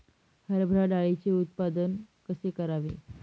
हरभरा डाळीचे उत्पादन कसे करावे?